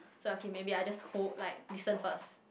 so okay maybe I just hold like listen first